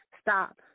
Stop